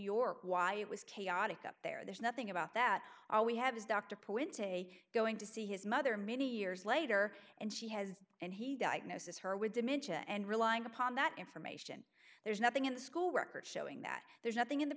york why it was chaotic up there there's nothing about that all we have is dr pou into a going to see his mother many years later and she has and he diagnosis her with dementia and relying upon that information there's nothing in the school records showing that there's nothing in the